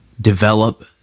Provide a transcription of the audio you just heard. develop